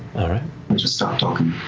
ah let's just stop talking.